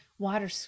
water